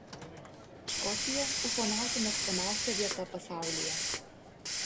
škotija ufonautų mėgstamiausia vieta pasaulyje